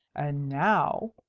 and now,